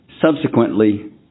Subsequently